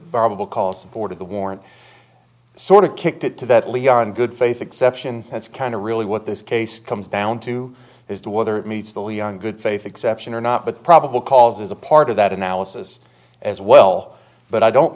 viable cause supported the warrant sort of kicked it to that leon good faith exception that's kind of really what this case comes down to is to whether it meets the young good faith exception or not but probable cause is a part of that analysis as well but i don't